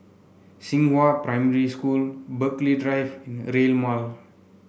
Xinghua Primary School Burghley Drive and Rail Mall